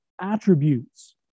attributes